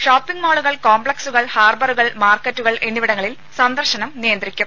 shopping മാളുകൾ കോംപ്ലക്സുകൾ ഹാർബറുകൾ മാർക്കറ്റുകൾ എന്നിവിടങ്ങളിൽ സന്ദർശനം നിയന്ത്രിക്കും